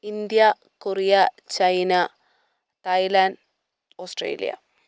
India Korea China Thailand Australia